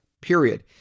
period